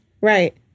Right